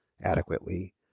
adequately